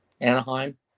Anaheim